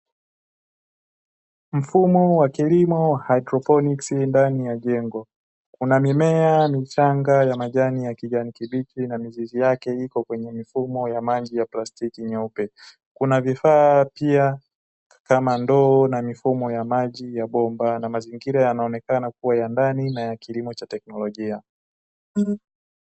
Mfumo wa kilimo haidroponi ndani ya jengo kuna mimea michanga ya majani ya kijani kibichi na mizizi yake iko kwenye mifumo ya maji ya plastiki nyeupe, kuna vifaa pia kama ndoo na mifumo ya maji ya bomba na mazingira yanaonekana kuwa ya ndani na ya kilimo cha teknolojia.